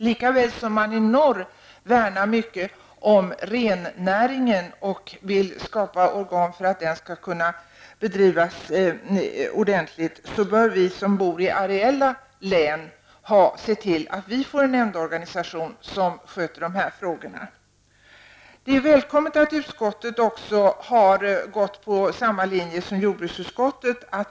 Lika väl som man i norr värnar mycket om rennäringen och vill skapa organ för att den skall kunna bedrivas ordentligt, bör vi som bor i areella län se till att vi får en nämndorganisation som sköter dessa frågor. Det är välkommet att utskottet också har gått på samma linje som jordbruksutskottet.